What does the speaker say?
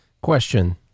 Question